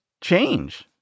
change